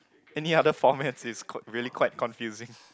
any other formats is quite really quite confusing